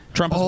Trump